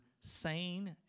sane